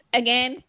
again